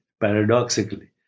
paradoxically